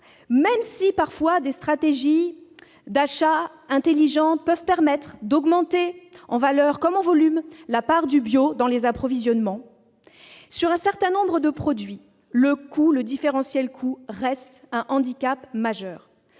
même si des stratégies d'achat intelligentes peuvent parfois permettre d'augmenter, en valeur comme en volume, la part du bio dans les approvisionnements, pour un certain nombre de produits, le différentiel de coût reste un handicap majeur.